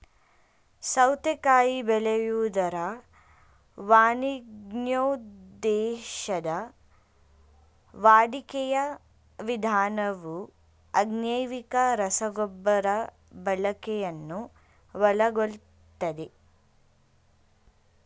ಸೌತೆಕಾಯಿ ಬೆಳೆಯುವುದರ ವಾಣಿಜ್ಯೋದ್ದೇಶದ ವಾಡಿಕೆಯ ವಿಧಾನವು ಅಜೈವಿಕ ರಸಗೊಬ್ಬರ ಬಳಕೆಯನ್ನು ಒಳಗೊಳ್ತದೆ